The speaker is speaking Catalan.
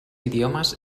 idiomes